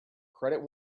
credit